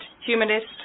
humanist